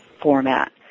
format